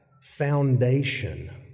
foundation